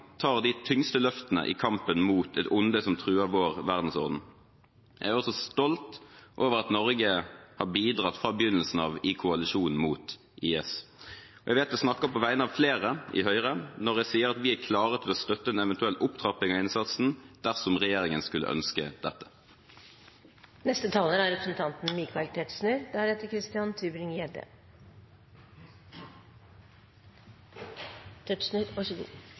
tar de tyngste løftene i kampen mot et onde som truer vår verdensorden. Jeg er også stolt over at Norge har bidratt fra begynnelsen av i koalisjonen mot IS. Jeg vet jeg snakker på vegne av flere i Høyre når jeg sier at vi er klare til å støtte en eventuell opptrapping av innsatsen dersom regjeringen skulle ønske